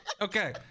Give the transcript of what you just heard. okay